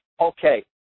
okay